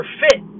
fit